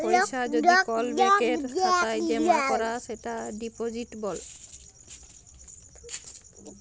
পয়সা যদি কল ব্যাংকের খাতায় জ্যমা দেয় সেটা ডিপজিট